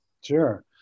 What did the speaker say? Sure